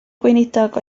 gweinidog